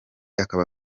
akaba